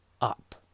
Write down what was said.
up